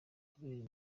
kubera